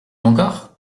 encore